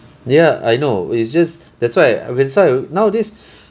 ya I know it's just that's why I that's why nowadays